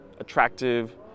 attractive